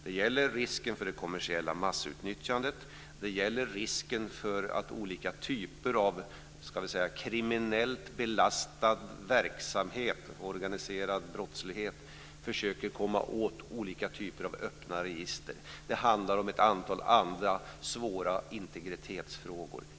Det gäller risken för det kommersiella massutnyttjandet och det gäller risken för att olika typer av kriminellt belastad verksamhet och organiserad brottslighet försöker komma åt olika typer av öppna register. Det handlar också om ett antal andra svåra integritetsfrågor.